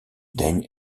daigne